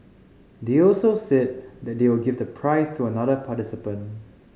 they also said they will give the prize to another participant